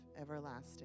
everlasting